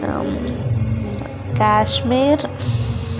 Kashmir